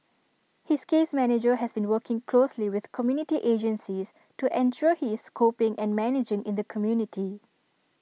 his case manager has been working closely with community agencies to ensure he is coping and managing in the community